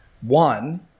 One